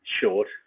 short